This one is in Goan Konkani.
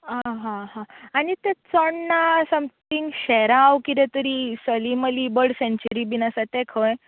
आं हां हां आनी तें चोडणा समथींग शोरांव सलीम अली बर्ड सँच्युरी बी आसा तें खंय